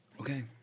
Okay